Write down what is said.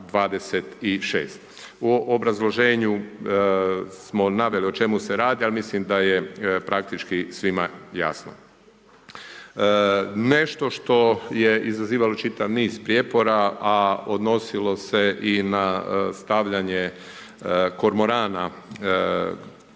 U obrazloženju smo naveli o čemu se radi, ali mislim da je praktički svima jasno. Nešto što je izazivalo čitav niz prijepora, a odnosilo se i na stavljanje kormorana, da